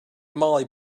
molly